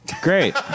Great